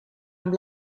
amb